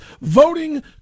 voting